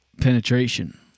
penetration